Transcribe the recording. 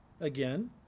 again